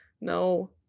No